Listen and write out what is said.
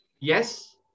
Yes